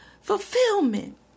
fulfillment